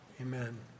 Amen